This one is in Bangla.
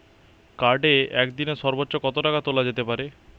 কার্ডে একদিনে সর্বোচ্চ কত টাকা তোলা যেতে পারে?